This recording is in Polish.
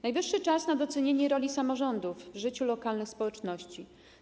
Najwyższy czas na docenienie roli samorządów w życiu lokalnych społeczności.